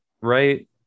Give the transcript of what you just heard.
right